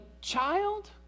child